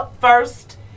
First